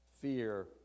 Fear